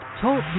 Talk